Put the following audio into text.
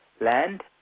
land